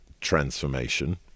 transformation